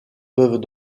peuvent